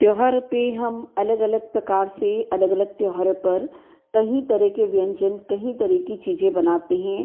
त्योहारों पे हम अलग अलग प्रकार से अलग अलग त्योहारों पर कहीं तरह के व्यंजन कहीं तरह की चीज़ें बनाते हैं